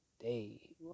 day